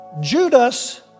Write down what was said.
Judas